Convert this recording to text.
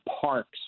parks